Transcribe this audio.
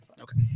Okay